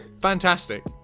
fantastic